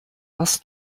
was